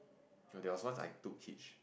you know there was once I took hitch